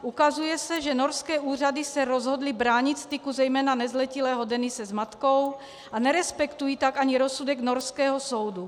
Ukazuje se, že norské úřady se rozhodly bránit styku, zejména nezletilého Denise s matkou, a nerespektují tak ani rozsudek norského soudu.